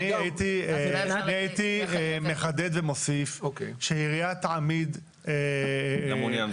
אני הייתי מחדד ומוסיף שעירייה תעמיד במשרדי